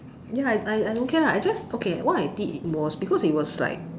ya I I I don't care lah I just okay what I did was because it was like